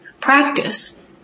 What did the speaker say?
practice